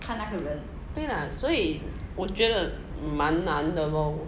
对啦所以我觉得蛮难的 lor